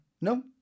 No